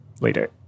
later